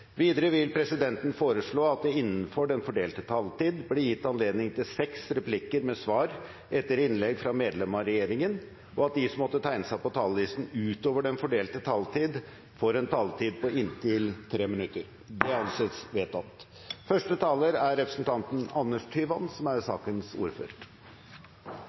Videre vil presidenten foreslå at det blir gitt anledning til seks replikker med svar etter innlegg fra medlemmer av regjeringen innenfor den fordelte taletid, og at de som måtte tegne seg på talerlisten utover den fordelte taletid, får en taletid på inntil 3 minutter. – Det anses vedtatt. Kjernen i departementet sitt framlegg er